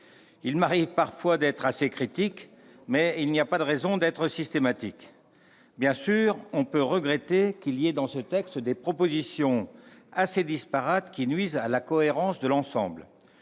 Il m'arrive parfois d'être assez critique, mais il n'y a pas de raison de l'être systématiquement ! Bien sûr, on peut regretter que ce texte contienne des propositions assez disparates qui nuisent à la cohérence de l'ensemble